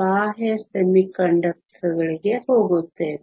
ಬಾಹ್ಯ ಅರೆವಾಹಕಗಳಿಗೆ ಹೋಗುತ್ತೇವೆ